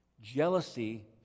Jealousy